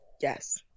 Yes